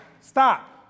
stop